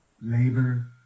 labor